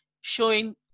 showing